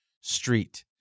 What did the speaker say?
Street